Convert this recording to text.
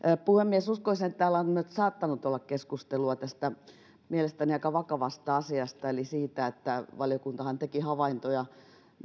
puhemies uskoisin että täällä on saattanut olla keskustelua mielestäni aika vakavasta asiasta eli siitä että valiokuntahan teki havaintoja